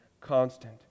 constant